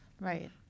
Right